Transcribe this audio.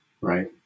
Right